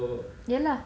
ya lah